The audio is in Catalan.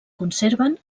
conserven